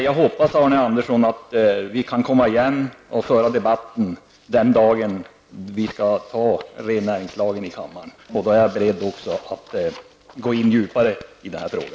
Jag hoppas, Arne Andersson, att vi kan komma igen och föra debatten den dag vi skall behandla rennäringslagen i kammaren. Då är jag beredd att gå på djupet i denna fråga.